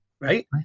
right